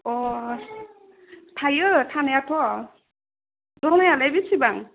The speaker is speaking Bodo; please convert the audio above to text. अ थायो थानायाथ' दरमायालाय बिसिबां